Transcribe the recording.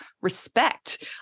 respect